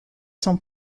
sont